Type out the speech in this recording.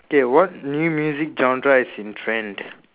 okay what new music genre is in trend